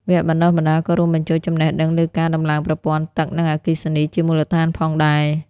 វគ្គបណ្តុះបណ្តាលក៏រួមបញ្ចូលចំណេះដឹងលើការដំឡើងប្រព័ន្ធទឹកនិងអគ្គិសនីជាមូលដ្ឋានផងដែរ។